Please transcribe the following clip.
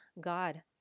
God